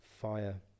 fire